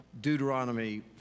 Deuteronomy